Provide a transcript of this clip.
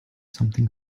something